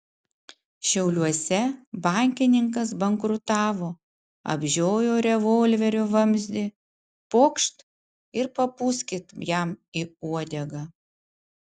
šiauliuose bankininkas bankrutavo apžiojo revolverio vamzdį pokšt ir papūskit jam į uodegą